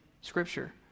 scripture